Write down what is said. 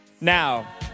Now